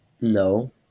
no